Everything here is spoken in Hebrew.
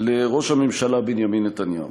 לראש הממשלה בנימין נתניהו.